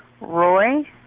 Roy